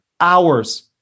hours